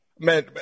Man